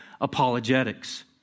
apologetics